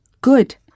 Good